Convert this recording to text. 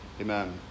Amen